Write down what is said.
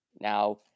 Now